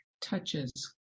touches